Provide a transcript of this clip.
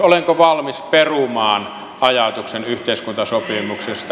olenko valmis perumaan ajatuksen yhteiskuntasopimuksesta